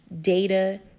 data